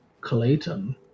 Clayton